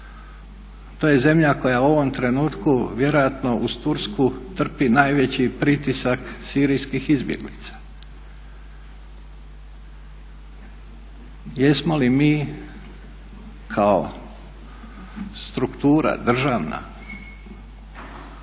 To je zemlja koja u ovom trenutku vjerojatno uz Tursku trpi najveći pritisak sirijskih izbjeglica. Jesmo li mi kao struktura državna